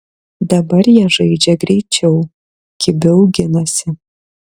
dabar jie žaidžia greičiau kibiau ginasi